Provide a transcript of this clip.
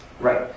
right